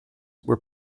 were